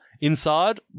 inside